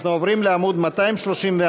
אנחנו עוברים לעמוד 235,